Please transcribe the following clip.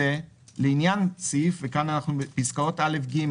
לעניין סעיף וכאן אנחנו בפסקאות (א) עד (ג)